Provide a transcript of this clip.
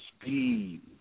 speed